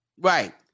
right